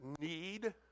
need